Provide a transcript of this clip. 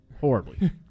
horribly